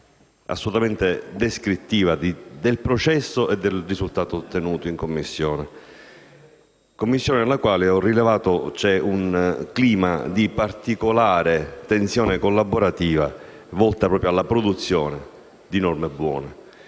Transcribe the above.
assolutamente descrittiva del processo e del risultato ottenuto in Commissione, nella quale ho rilevato un clima di particolare tensione collaborativa, volto proprio alla produzione di norme buone,